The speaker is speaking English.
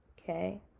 okay